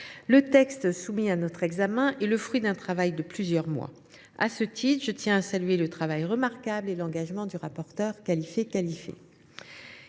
Le texte soumis à notre examen est le fruit d’un travail de plusieurs mois. À cet égard, je tiens à saluer le travail remarquable et l’engagement du rapporteur Khalifé Khalifé.